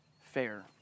fair